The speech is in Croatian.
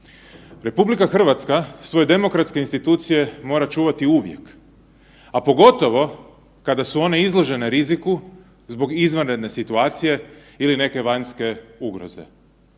prihvatljiv. RH svoje demokratske institucije mora čuvati uvijek, a pogotovo kada su one izložene riziku zbog izvanredne situacije ili neke vanjske ugroze,